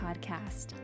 Podcast